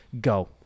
Go